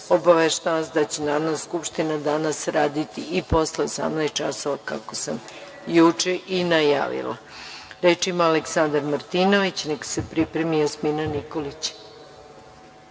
obaveštavam vas da će Narodna skupština danas raditi i posle 18.00 časova, kako sam juče i najavila. Reč ima Aleksandar Martinović, a neka se pripremi Jasmina Nikolić.